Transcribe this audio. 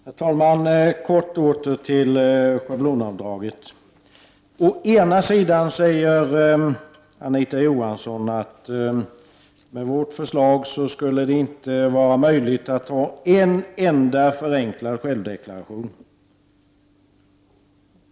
Herr talman! Först några ord om schablonavdraget. Å ena sidan säger Anita Johansson att det med vårt förslag inte skulle vara möjligt att ha en enda förenklad självdeklaration.